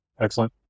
Excellent